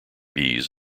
bees